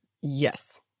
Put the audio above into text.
Yes